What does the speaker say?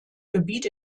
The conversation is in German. gebiet